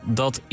dat